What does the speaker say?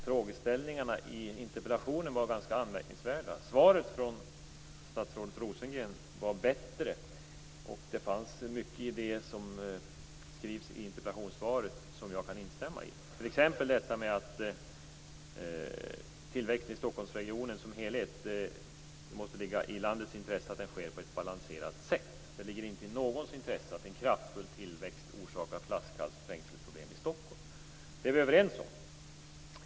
Fru talman! Jag tänkte passa på tillfället att anknyta till den här debatten. Jag tyckte att frågeställningarna i interpellationen var ganska anmärkningsvärda. Svaret från statsrådet Rosengren var bättre. Det fanns mycket i det som sägs i interpellationssvaret som jag kan instämma i, t.ex. detta med att tillväxten i Stockholmsregionen som helhet måste ligga i landets intresse och ske på ett balanserat sätt. Det ligger inte i någons intresse att en kraftfull tillväxt orsakar flaskhals och trängselproblem i Stockholm. Det är vi överens om.